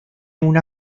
una